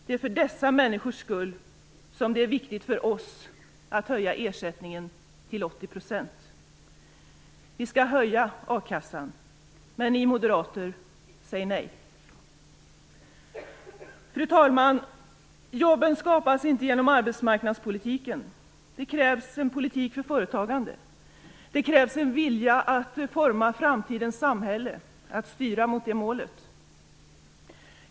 Det är för dessa människors skull som det är viktigt för oss att höja ersättningen till 80 %. Vi skall höja akassan, men ni moderater säger nej. Fru talman! Jobben skapas inte genom arbetsmarknadspolitiken. Det krävs en politik för företagande. Det krävs en vilja att forma framtidens samhälle och att styra mot det målet.